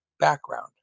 background